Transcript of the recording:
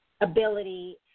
ability